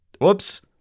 Whoops